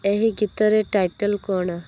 ଏହି ଗୀତରେ ଟାଇଟେଲ୍ କ'ଣ